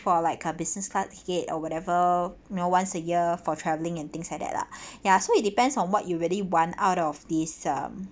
for like a business class ticket or whatever you know once a year for traveling and things like that lah ya so it depends on what you really want out of this um